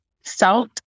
salt